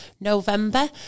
November